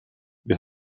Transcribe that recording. wir